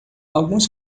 alguns